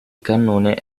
cannone